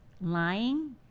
lying